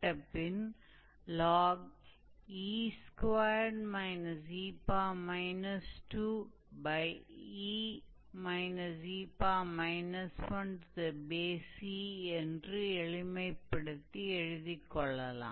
तो यह बस है और यदि हम अंश और हर दोनों को से गुणा करते हैं तो उस स्थिति में यह बदल जाएगा अगर हम दोनों अंश और हर को 2 से गुणा